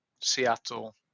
Seattle